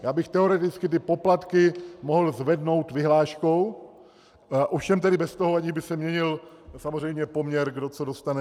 Já bych teoreticky ty poplatky mohl zvednout vyhláškou, ovšem tedy bez toho, že by se měnil samozřejmě poměr, kdo co dostane.